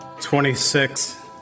26